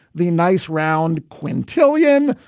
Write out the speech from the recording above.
the nice round quintillion.